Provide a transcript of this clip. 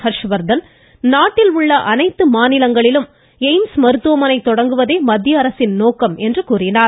ஹர்ஷவர்த்தன் நாட்டிலுள்ள அனைத்து மாநிலங்களிலும் எய்ம்ஸ் மருத்துவமனை தொடங்குவதே மத்திய அரசின் நோக்கம் என்று கூறினார்